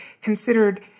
considered